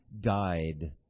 died